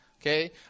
Okay